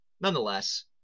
nonetheless